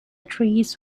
trees